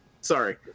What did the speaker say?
Sorry